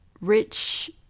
rich